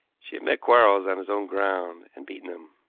she had met quarles on his own ground, and beaten him.